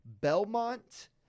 Belmont